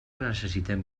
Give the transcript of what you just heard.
necessitem